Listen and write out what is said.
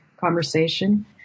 conversation